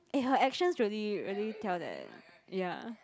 eh her actions really really tell that ya